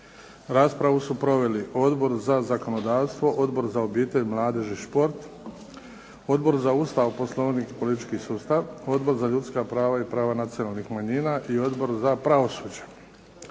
Raspravu su proveli Odbor za zakonodavstvo, Odbor za obitelj, mladež i šport, Odbor za Ustav, Poslovnik i politički sustav, Odbor za ljudska prava i prava nacionalnih manjina i Odbor za pravosuđe.